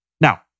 Now